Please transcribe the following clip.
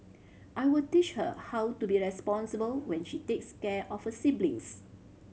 I will teach her how to be responsible when she takes care of her siblings